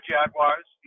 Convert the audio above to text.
Jaguars